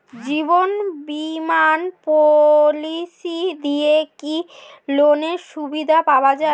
জীবন বীমা পলিসি দিয়ে কি লোনের সুবিধা পাওয়া যায়?